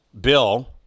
Bill